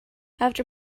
after